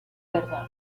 verdad